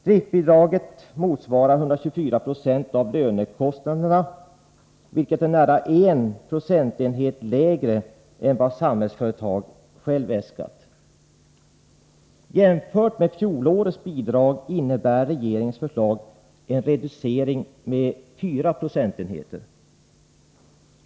Driftbidraget motsvarar 124 926 av lönekostnaderna, vilket är nära 1 procentenhet lägre än vad Samhällsföretag självt har äskat. Jämfört med fjolårets bidrag innebär regeringens förslag en reducering med 4 procentenheter.